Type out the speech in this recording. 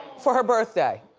for her birthday.